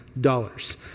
dollars